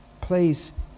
Please